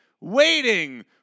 waiting